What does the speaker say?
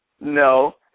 No